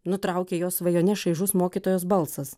nutraukė jo svajones šaižus mokytojos balsas